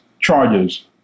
charges